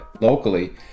locally